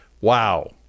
Wow